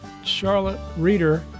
CHARLOTTEREADER